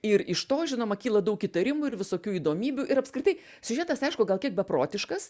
ir iš to žinoma kyla daug įtarimų ir visokių įdomybių ir apskritai siužetas aišku gal kiek beprotiškas